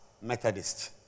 Methodist